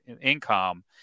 income